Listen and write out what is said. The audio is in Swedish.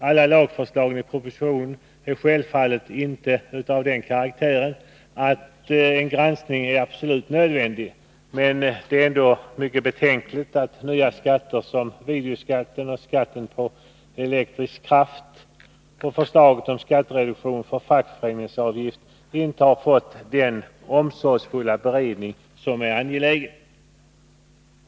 Alla lagförslagen i propositionen är självfallet inte av den karaktären att en granskning är absolut nödvändig, men det är mycket betänkligt att nya skatter som videoskatten och skatten på elektrisk kraft samt förslaget om skattereduktion för fackföreningsavgift inte har fått den omsorgsfulla beredning som är angelägen.